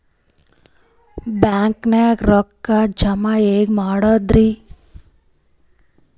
ಬ್ಯಾಂಕ್ದಾಗ ರೊಕ್ಕ ಜಮ ಹೆಂಗ್ ಮಾಡದ್ರಿ?